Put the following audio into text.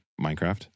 Minecraft